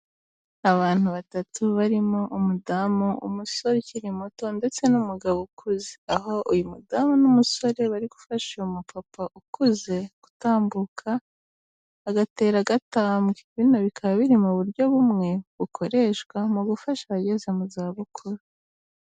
Abantu batatu barimo umudamu, umusore ukiri muto ndetse n'umugabo ukuze aho uyu mudamu n'umusore bari gufasha umupapa ukuze gutambuka agatera agatambwe bino bikaba biri mu buryo bumwe bukoreshwa mu gufasha abageze mu za bukuru.